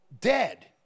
dead